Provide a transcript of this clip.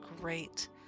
great